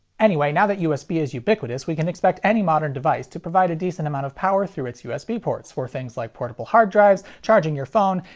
anyway, now that usb is ubiquitous, we can expect any modern device to provide a decent amount of power through its usb ports for things like portable hard drives, charging your phone,